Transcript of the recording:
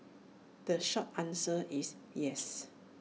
the short answer is yes